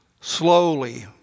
slowly